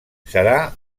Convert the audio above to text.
serà